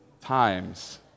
times